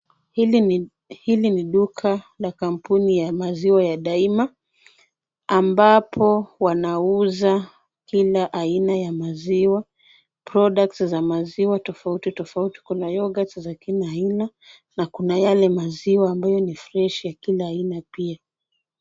Hili ni duka la kampuni ya maziwa ya daima, ambapo wanauza kila aina ya maziwa. products za maziwa tofauti tofauti kuna yoghurt za kila aina na kuna yale maziwa ambayo ni fresh ya kila aina pia.